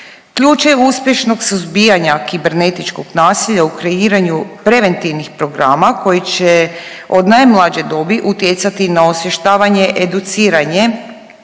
Ključ je uspješnog suzbijanja kibernetičkog nasilja u kreiranju preventivnih programa koji će od najmlađe dobi utjecati na osvještavanje educiranjem